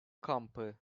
kampı